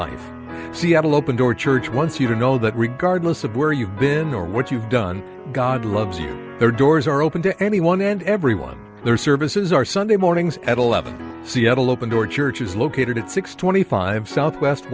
like seattle open door church once you know that regardless of where you've been or what you've done god loves you there doors are open to anyone and everyone their services are sunday mornings at eleven seattle open door church is located at six twenty five south west